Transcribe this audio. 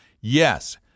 Yes